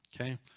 Okay